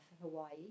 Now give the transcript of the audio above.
Hawaii